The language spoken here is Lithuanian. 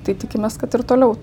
tai tikimės kad ir toliau